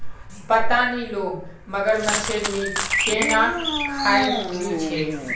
पता नी लोग मगरमच्छेर मीट केन न खइ ली छेक